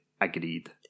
agreed